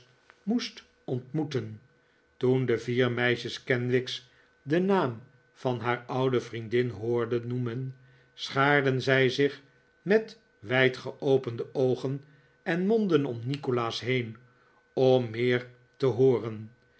moest ontmoeten toen de vier meisjes kenwigs den naam van haar oude vriendin hoorden noemen schaarden zij zich met wijd geopende oogen en monden om nikolaas heen om meer te hooren